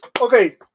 okay